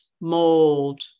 mold